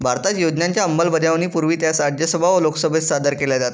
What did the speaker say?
भारतात योजनांच्या अंमलबजावणीपूर्वी त्या राज्यसभा व लोकसभेत सादर केल्या जातात